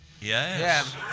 Yes